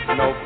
no